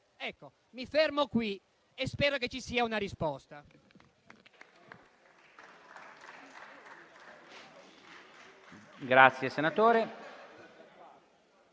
Mi fermo qui e spero che ci sia una risposta.